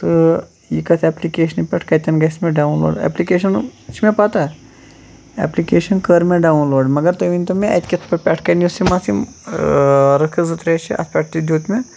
تہٕ یہِ کَتھ اٮ۪پلِکیشن پٮ۪ٹھ کَتٮ۪ن گَژھِ مےٚ ڈاوُن لوڈ اٮ۪پلِکیشَنَن چھُ مےٚ پَتہ اٮ۪پلِکیشَن کٔر مےٚ ڈاوُن لوڈ مگر تُہۍ ؤنۍتو مےٚ اَتہِ کِتھ پٲٹھۍ پٮ۪ٹھ کَنہِ یُس یِم اَتھ یِم رٕکھٕ زٕ ترٛےٚ چھِ اَتھ پٮ۪ٹھ تہِ دیُت مےٚ